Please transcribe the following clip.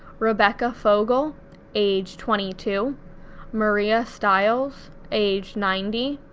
rebecca fogel age twenty two maria stiles age ninety,